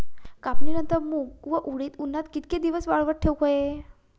कापणीनंतर मूग व उडीद उन्हात कितके दिवस वाळवत ठेवूक व्हये?